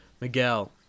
Miguel